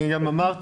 אני גם אמרתי,